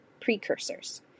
Precursors